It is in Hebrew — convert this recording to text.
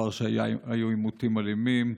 לאחר שהיו עימותים אלימים,